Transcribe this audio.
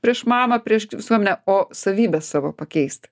prieš mamą prieš visuomenę o savybės savo pakeist